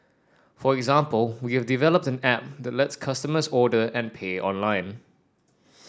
for example we have developed an app that lets customers order and pay online